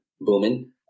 booming